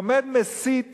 עומד מסית